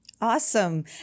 Awesome